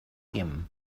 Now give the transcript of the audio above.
him